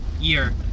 year